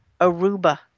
Aruba